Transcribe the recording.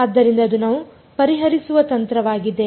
ಆದ್ದರಿಂದ ಅದು ನಾವು ಪರಿಹರಿಸುವ ತಂತ್ರವಾಗಿದೆ